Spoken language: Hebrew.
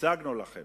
השגנו לכם.